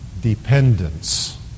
dependence